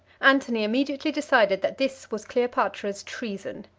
antony immediately decided that this was cleopatra's treason.